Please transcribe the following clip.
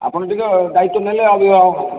ଆପଣ ଟିକେ ଦାୟିତ୍ଵ ନେଲେ ଆଉ ଟିକେ ହୁଅନ୍ତା